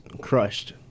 crushed